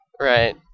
Right